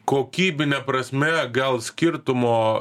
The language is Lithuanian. kokybine prasme gal skirtumo